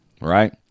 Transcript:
right